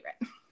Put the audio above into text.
favorite